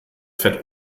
fett